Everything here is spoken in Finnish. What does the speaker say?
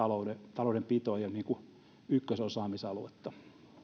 taloudenpito ei ole niin kuin ykkösosaamisaluetta